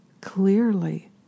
clearly